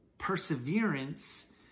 perseverance